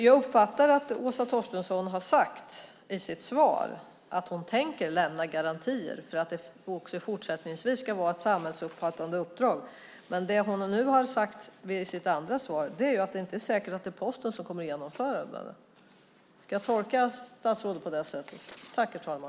Jag uppfattar att Åsa Torstensson i sitt svar säger att hon tänker lämna garantier för att det också fortsättningsvis ska vara ett samhällsomfattande uppdrag. I sitt andra svar har hon nu sagt att det inte är säkert att det är Posten som kommer att genomföra det. Ska jag tolka statsrådet så?